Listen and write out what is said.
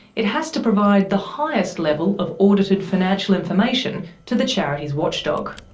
it has to provide the highest level of audited financial information to the charities watchdog.